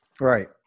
Right